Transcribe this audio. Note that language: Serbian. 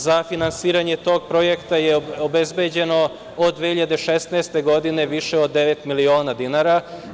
Za finansiranje tog projekta je obezbeđeno od 2016. godine više od devet miliona dinara.